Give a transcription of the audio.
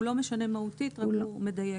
הוא לא משנה מהותית, רק הוא מדייק.